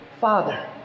Father